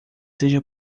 seja